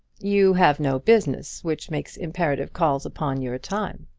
you have no business which makes imperative calls upon your time.